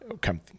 come